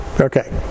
Okay